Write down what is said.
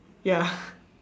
ya